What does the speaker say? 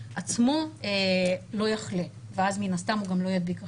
עצמו לא יחלה ואז מן הסתם הוא גם לא ידביק אחרים.